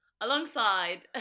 Alongside